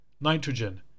Nitrogen